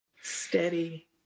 steady